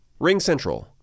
RingCentral